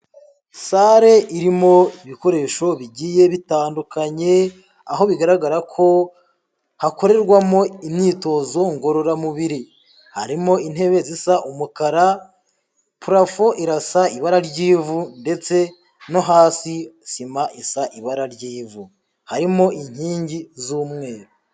Salle irimo ibikoresho bigiye bitandukanye, aho bigaragara ko hakorerwamo imyitozo ngororamubiri, harimo intebe zisa umukara, purafo irasa ibara ry'ivu ndetse no hasi sima isa ibara ry'ivu, harimo inkingi z'umweru.